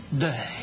day